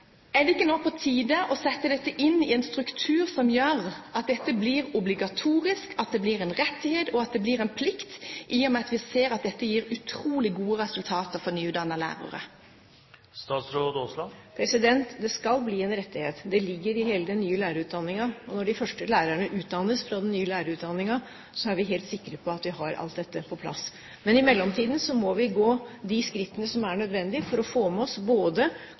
Er det ikke nå på tide å sette dette inn i en struktur som gjør at det blir obligatorisk, at det blir en rettighet, og at det blir en plikt, i og med at vi ser at dette gir utrolig gode resultater for nyutdannede lærere? Det skal bli en rettighet. Det ligger i hele den nye lærerutdanningen. Når de første lærerne utdannes fra den nye lærerutdanningen, er vi helt sikre på at vi har alt dette på plass. Men i mellomtiden må vi gå de skrittene som er nødvendig for å få med oss både